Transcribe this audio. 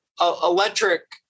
electric